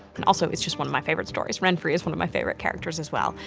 and also it's just one of my favorite stories, renfri is one of my favorite characters as well.